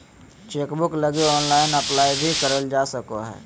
chequebook लगी online apply भी करल जा सको हइ